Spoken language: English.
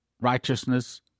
righteousness